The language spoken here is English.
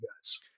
guys